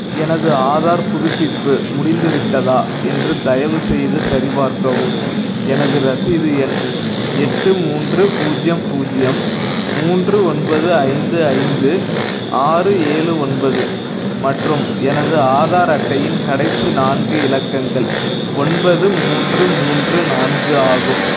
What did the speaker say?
எனது ஆதார் புதுப்பிப்பு முடிந்துவிட்டதா என்று தயவுசெய்து சரிபார்க்கவும் எனது ரசீது எண் எட்டு மூன்று பூஜ்ஜியம் பூஜ்ஜியம் மூன்று ஒன்பது ஐந்து ஐந்து ஆறு ஏழு ஒன்பது மற்றும் எனது ஆதார் அட்டையின் கடைசி நான்கு இலக்கங்கள் ஒன்பது மூன்று மூன்று நான்கு ஆகும்